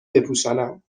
بپوشانم